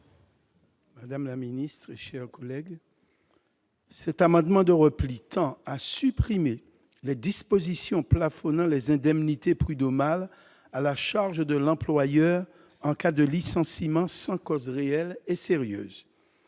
La parole est à M. Maurice Antiste. Cet amendement de repli tend à supprimer les dispositions plafonnant les indemnités prud'homales à la charge de l'employeur en cas de licenciement sans cause réelle et sérieuse.